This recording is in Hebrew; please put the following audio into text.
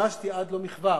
ששימשתי עד לא מכבר